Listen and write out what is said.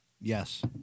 Yes